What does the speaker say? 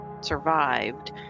survived